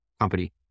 company